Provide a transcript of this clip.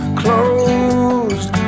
closed